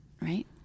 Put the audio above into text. right